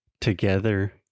together